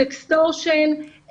סקסטורשן,